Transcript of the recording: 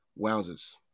Wowzers